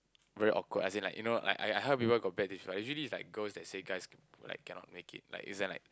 very awkward as in like you know I I heard people got bad usually it's like girls they say guys like cannot make it like is and like